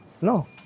No